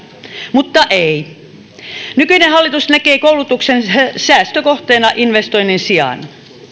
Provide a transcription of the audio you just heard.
mutta ei nykyinen hallitus näkee koulutuksen säästökohteena investoinnin sijaan